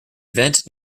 vent